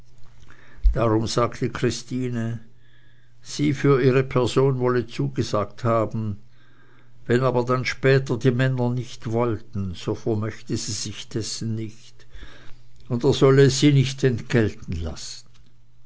darum sagte christine sie für ihre person wolle zugesagt haben wenn aber dann später die männer nicht wollten so vermochte sie sich dessen nicht und er solle es sie nicht entgelten lassen